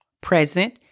present